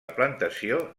plantació